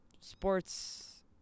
sports